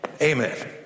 Amen